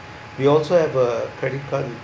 we also have a credit card with